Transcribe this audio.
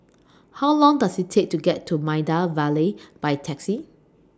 How Long Does IT Take to get to Maida Vale By Taxi